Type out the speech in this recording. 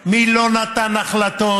החלטות, מי לא נתן החלטות.